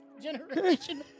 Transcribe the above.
Generation